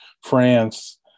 France